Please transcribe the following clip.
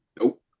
nope